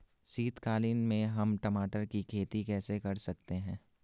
शीतकालीन में हम टमाटर की खेती कैसे कर सकते हैं?